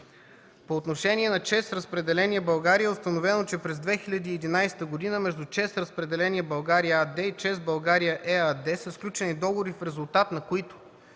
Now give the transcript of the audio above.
По отношение на „ЧЕЗ Разпределение България” е установено, че през 2011 г. между „ЧЕЗ Разпределение България” АД и „ЧЕЗ България” ЕАД са сключени договори, в резултат на които